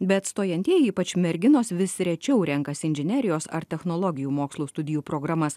bet stojantieji ypač merginos vis rečiau renkasi inžinerijos ar technologijų mokslų studijų programas